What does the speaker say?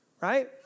right